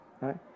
right